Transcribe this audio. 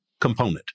component